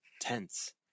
tense